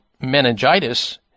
meningitis